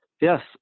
yes